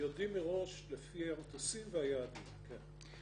יודעים מראש לפי המטוסים והיעדים, כן.